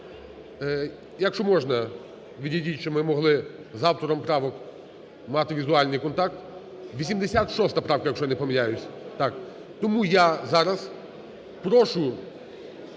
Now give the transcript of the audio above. Якщо можна, відійдіть, щоб ми могли з автором правок візуальний контакт. 86 правка, якщо я не помиляюсь. Тому я зараз прошу